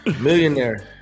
millionaire